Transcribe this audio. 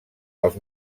els